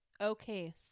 Okay